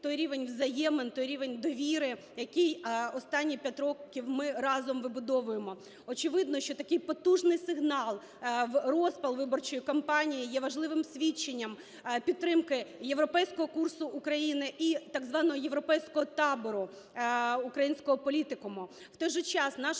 той рівень взаємин, той рівень довіри, який останні 5 років ми разом вибудовуємо. Очевидно, що такий потужний сигнал в розпал виборчої кампанії є важливим свідченням підтримки європейського курсу України і так званого європейського табору українського політикуму.